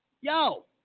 Yo